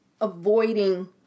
avoiding